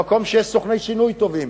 למקום שיש בו סוכני שינוי טובים,